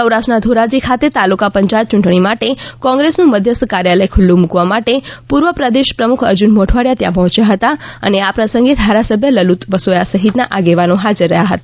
સૌરાષ્ટ્ર ના ધોરાજી ખાતે તાલુકા પંચાયત યૂંટણી માટે કોંગ્રેસ્સ નું મધ્યસ્થ કાર્યાલય ખુલ્લુ મૂકવા માટે પૂર્વ પ્રદેશ પ્રમુખ અર્જુન મોઢવાડિયા ત્યાં પહોંચ્યા હતા અને આ પ્રસંગે ધારાસભ્ય લલિત વસોયા સહિત ના આગેવાનો હાજર રહ્યા હતા